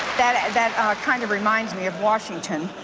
that and that kind of reminds me of washington.